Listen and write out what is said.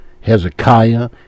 Hezekiah